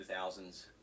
2000s